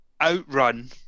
Outrun